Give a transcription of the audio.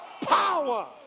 power